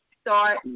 start